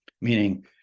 meaning